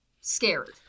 scared